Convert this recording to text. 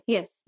Yes